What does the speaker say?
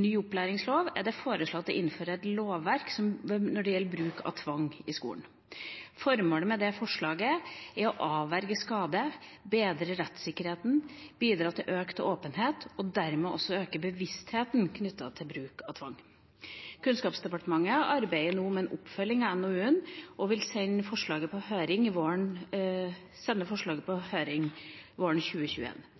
Ny opplæringslov er det foreslått å innføre lovregler når det gjelder bruk av tvang i skolen. Formålet med forslaget er å avverge skade, bedre rettssikkerheten og bidra til økt åpenhet og dermed også øke bevisstheten om bruk av tvang. Kunnskapsdepartementet arbeider nå med en oppfølging av NOU-en, og vil sende et forslag på høring våren 2021. Regjeringen tar sikte på å legge fram et lovforslag for Stortinget våren